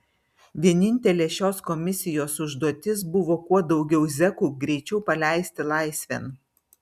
vienintelė šios komisijos užduotis buvo kuo daugiau zekų greičiau paleisti laisvėn